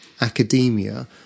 academia